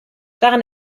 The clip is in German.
daran